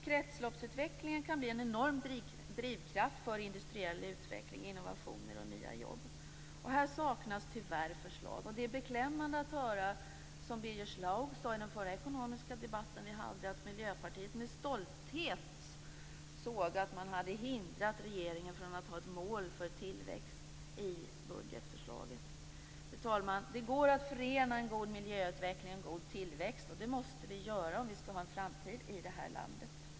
Kretsloppsutvecklingen kan bli en enorm drivkraft för industriell utveckling, innovationer och nya jobb. Här saknas tyvärr förslag. Det är beklämmande att höra, som Birger Schlaug sade i den förra ekonomiska debatten, att Miljöpartiet med stolthet såg att man hade hindrat regeringen från att ha ett mål för tillväxt i budgetförslaget. Fru talman! Det går att förena en god miljöutveckling och en god tillväxt. Det måste vi göra om vi skall ha en framtid i det här landet.